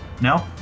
No